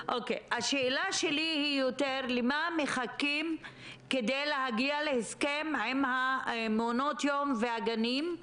השאלה שלי היא למה מחכים כדי להגיע להסכם עם המעונות יום והגנים?